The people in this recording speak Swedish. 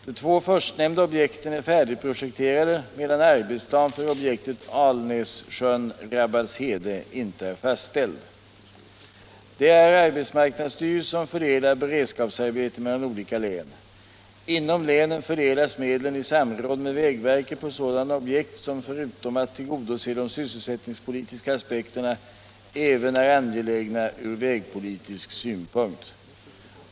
De två förstnämnda objekten är färdigprojekterade, medan arbetsplan för objektet Alnässjön-Rabbalshede inte är fastställd. Det är arbetsmarknadsstyrelsen som fördelar beredskapsarbeten mellan olika län. Inom länen fördelas medlen i samråd med vägverket på sådana objekt som förutom att tillgodose de sysselsättningspolitiska aspekterna även är angelägna ur vägpolitisk synpunkt.